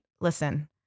listen